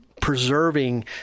preserving